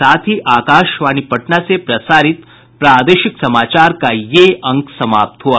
इसके साथ ही आकाशवाणी पटना से प्रसारित प्रादेशिक समाचार का ये अंक समाप्त हुआ